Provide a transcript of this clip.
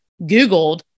Googled